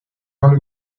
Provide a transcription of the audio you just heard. dans